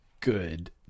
good